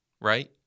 Right